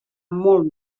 molt